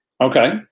Okay